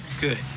Good